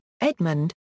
Edmund